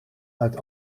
uit